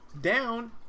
down